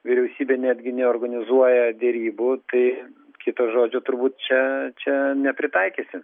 vyriausybė netgi neorganizuoja derybų tai kito žodžio turbūt čia čia nepritaikysi